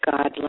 God